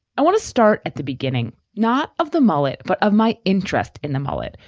i want to start at the beginning, not of the mullet, but of my interest in the mullet,